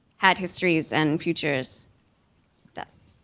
had histories and futures does?